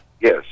Yes